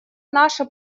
наша